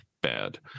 bad